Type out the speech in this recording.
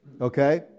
Okay